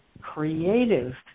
creative